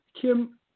Kim